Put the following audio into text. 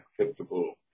acceptable